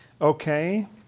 Okay